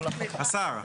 השר.